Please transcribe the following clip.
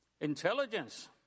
Intelligence